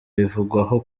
rivugwaho